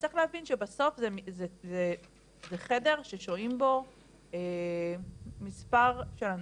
צריך להבין שבסוף זה חדר ששוהים בו מספר של אנשים,